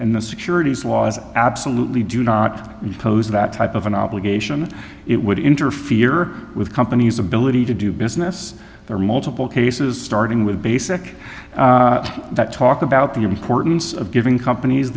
and the securities laws absolutely do not impose that type of an obligation it would interfere with company's ability to do business there are multiple cases starting with basic that talk about the importance of giving companies